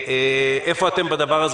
איפה אתם בדבר הזה?